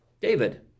David